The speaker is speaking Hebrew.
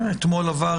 אתמול עבר,